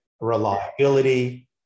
reliability